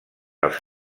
els